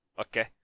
okay